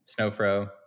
Snowfro